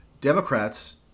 Democrats